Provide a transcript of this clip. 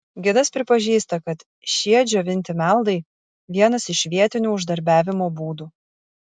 gidas pripažįsta kad šie džiovinti meldai vienas iš vietinių uždarbiavimo būdų